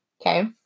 Okay